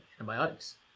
antibiotics